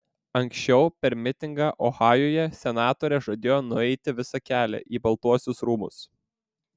anksčiau per mitingą ohajuje senatorė žadėjo nueiti visą kelią į baltuosius rūmus